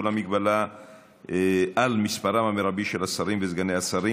המגבלה על מספרם המרבי של השרים וסגני השרים),